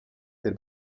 der